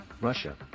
Russia